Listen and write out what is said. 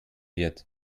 wird